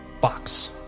box